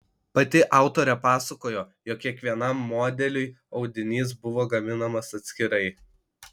pati autorė pasakojo jog kiekvienam modeliui audinys buvo gaminamas atskirai